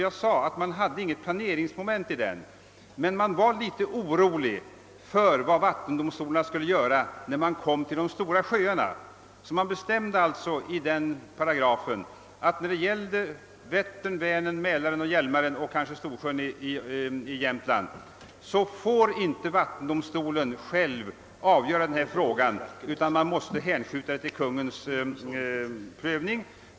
Man hade som jag sade inget planeringsmoment i den, men man var litet orolig för vad vattendomstolarna skulle göra när det gällde de stora sjöarna. Därför bestämde man i paragrafen att när det gällde Vättern, Vänern, Mälaren och Hjälmaren och kanske Storsjön i Jämtland får vattendomstolen inte själv avgöra frågan, utan man måste hänskjuta den till Kungl. Maj:ts prövning.